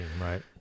right